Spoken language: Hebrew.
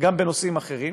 גם בנושאים אחרים,